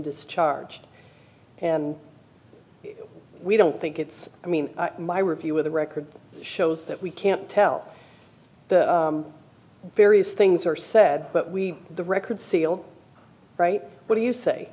discharged and we don't think it's i mean my review of the record shows that we can't tell the various things or said but we the record sealed right what do you say